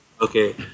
Okay